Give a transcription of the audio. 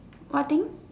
what thing